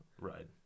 Right